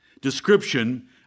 description